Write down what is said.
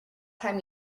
time